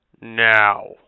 now